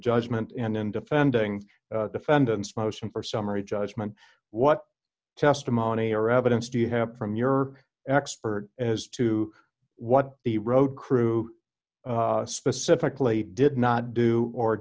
judgment and in defending defendant's motion for summary judgment what testimony or evidence do you have from your expert as to what the road crew specifically did not do or